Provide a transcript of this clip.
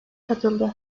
katıldı